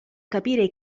capire